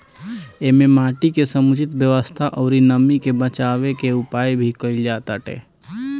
एमे माटी के समुचित व्यवस्था अउरी नमी के बाचावे के उपाय भी कईल जाताटे